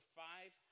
five